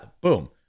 boom